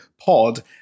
pod